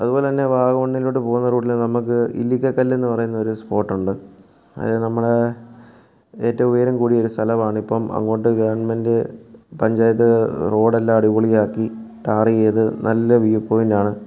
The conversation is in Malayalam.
അതുപോലെ തന്നെ വാഗമണിലോട്ട് പോവുന്ന റൂട്ടിൽ നമുക്ക് ഇല്ലിക്കക്കല്ല് എന്ന് പറയുന്നൊരു സ്പോട്ട് ഉണ്ട് അത് നമ്മുടെ ഏറ്റവും ഉയരം കൂടിയ ഒരു സ്ഥലമാണ് ഇപ്പം അങ്ങോട്ട് ഗവൺമെൻറ് പഞ്ചായത്ത് റോഡെല്ലാം അടിപൊളിയാക്കി ടാർ ചെയ്ത് നല്ല വ്യൂ പോയിന്റ് ആണ്